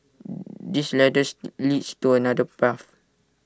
his ladders leads to another path